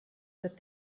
that